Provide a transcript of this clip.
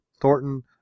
Thornton